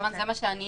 זה מה שאני